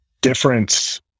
difference